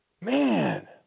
Man